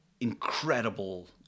incredible